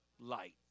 light